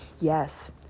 Yes